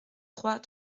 trois